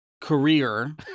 career